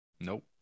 Nope